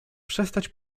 przestać